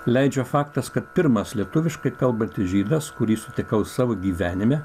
leidžia faktas kad pirmas lietuviškai kalbanti žydas kurį sutikau savo gyvenime